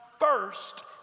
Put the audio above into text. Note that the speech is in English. first